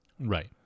Right